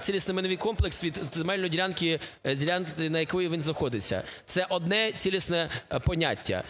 цілісний майновий комплекс від земельної ділянки, ділянки, на якій він знаходиться. Це одне цілісне поняття.